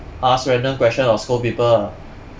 ask random question or scold people ah